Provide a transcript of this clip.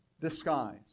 disguise